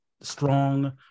strong